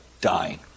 dying